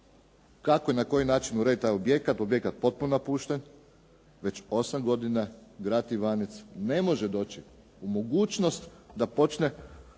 kako i na koji način urediti taj objekat. Objekat je potpuno napušten, već osam godina grad Ivanec ne može doći u mogućnost da počne